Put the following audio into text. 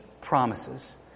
promises